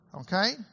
okay